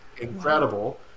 incredible